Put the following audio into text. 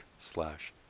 slash